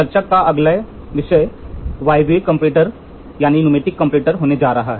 चर्चा का अगला विषय वायवीय कंपैरेटर होने जा रहा है